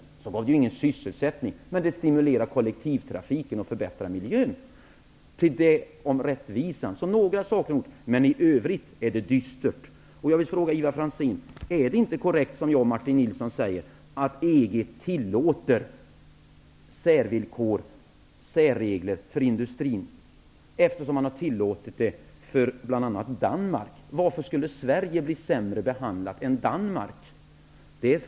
Det var ju inte av sysselsättningsskäl, men det stimulerade kollektivtrafiken, samtidigt som miljön förbättrades. I övrigt är det dystert. Jag vill fråga Ivar Franzén: Är det inte korrekt som jag och Martin Nilsson säger, att EG tillåter särregler för industrin, eftersom det har tillåtits för bl.a. Danmark? Varför skulle Sverige bli sämre behandlat än Danmark?